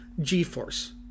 G-Force